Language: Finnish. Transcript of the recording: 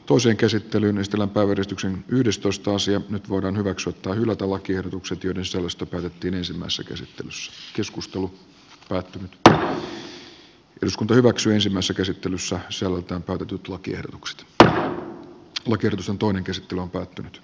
busek esitteli myös tilata uudistuksen nyt voidaan hyväksyä tai hylätä lakiehdotukset joiden sisällöstä päätettiin ensimmäisessä käsittelyssä soittaa tutut lakiehdotukset vr helge rson toinen käsittely on päättynyt